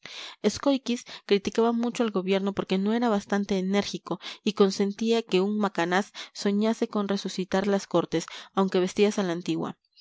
andalucía escóiquiz criticaba mucho al gobierno porque no era bastante enérgico y consentía que un macanaz soñase con resucitar las cortes aunque vestidas a la antigua